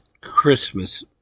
Christmas